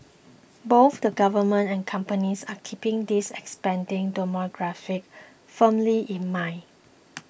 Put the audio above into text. both the government and companies are keeping this expanding demographic firmly in mind